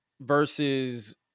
versus